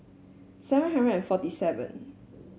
seven hundred and forty seven